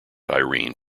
irene